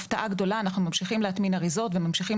והנה אנחנו ממשיכים להטמין אריזות וממשיכים